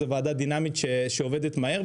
זו ועדה דינמית שעובדת מהר,